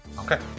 Okay